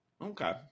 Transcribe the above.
Okay